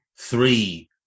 three